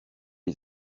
les